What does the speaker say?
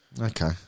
Okay